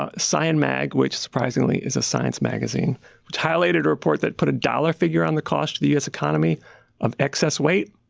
ah scienmag which, surprisingly, is a science magazine which highlighted a report that put a dollar figure on the cost of the u s. economy of excess weight.